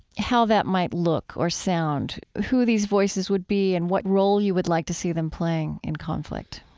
how that might look or sound, who these voices would be and what role you would like to see them playing in conflict